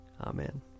Amen